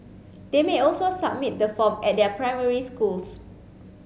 they may also submit the form at their primary schools